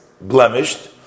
blemished